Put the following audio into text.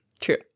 True